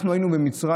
אנחנו היינו במצרים,